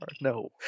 No